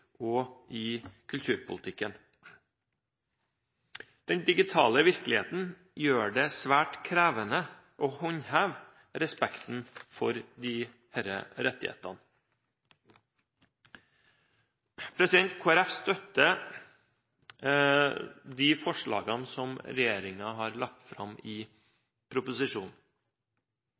og i kulturpolitikken. Den digitale virkeligheten gjør det svært krevende å håndheve respekten for disse rettighetene. Kristelig Folkeparti støtter forslagene i proposisjonen som regjeringen har lagt fram.